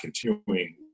continuing